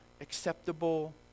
acceptable